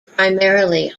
primarily